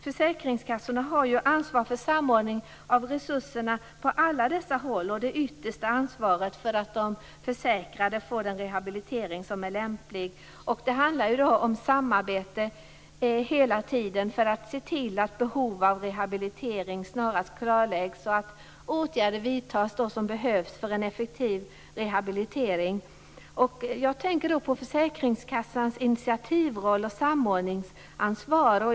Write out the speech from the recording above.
Försäkringskassorna har ju ansvar för samordning av resurserna på alla dessa håll och det yttersta ansvaret för att de försäkrade får den rehabilitering som är lämplig. Det handlar hela tiden om samarbete för att se till att behov av rehabilitering snarast klarläggs och att de åtgärder vidtas som behövs för en effektiv rehabilitering. Jag tänker på försäkringskassans initiativroll och samordningsansvar.